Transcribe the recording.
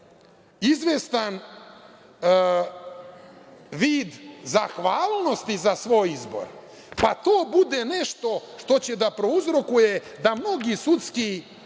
izvestan vid zahvalnosti za svoj izbor, pa to bude nešto što će da prouzrokuje da mnogi sudski